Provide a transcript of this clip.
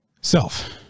Self